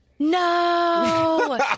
No